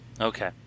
Okay